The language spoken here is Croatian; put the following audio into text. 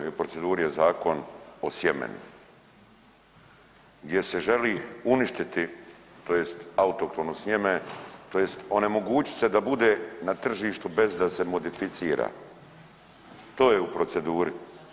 U RH u proceduri je zakon o sjemenu gdje se želi uništiti tj. autohtono sjeme tj. onemogućiti se da bude na tržištu bez da se modificira, to je u proceduri.